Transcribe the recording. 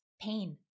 pain